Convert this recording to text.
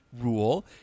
rule